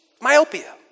myopia